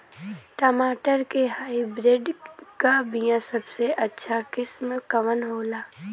टमाटर के हाइब्रिड क बीया सबसे अच्छा किस्म कवन होला?